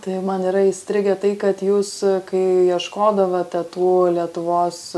tai man yra įstrigę tai kad jūs kai ieškodavote tų lietuvos